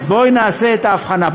אז בואי נעשה את ההבחנה.